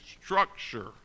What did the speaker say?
structure